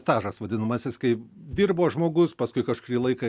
stažas vadinamasis kai dirbo žmogus paskui kažkurį laiką